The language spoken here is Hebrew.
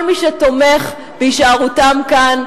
כל מי שתומך בהישארותם כאן,